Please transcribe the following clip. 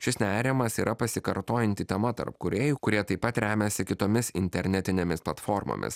šis nerimas yra pasikartojanti tema tarp kūrėjų kurie taip pat remiasi kitomis internetinėmis platformomis